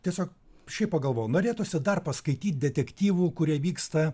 tiesiog šiaip pagalvojau norėtųsi dar paskaityt detektyvų kurie vyksta